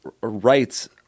rights